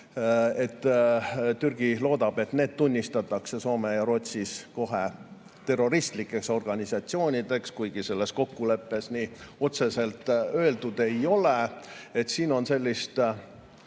toetada, et need tunnistatakse Soomes ja Rootsis kohe terroristlikeks organisatsioonideks, kuigi selles kokkuleppes nii otseselt öeldud ei ole. Siin on sellist,